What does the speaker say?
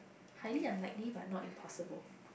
highly unlikely but not impossible